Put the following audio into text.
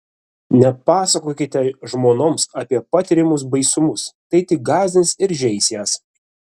nepasakokite žmonoms apie patiriamus baisumus tai tik gąsdins ir žeis jas